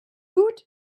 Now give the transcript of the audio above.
woot